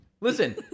Listen